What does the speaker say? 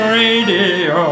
radio